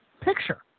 picture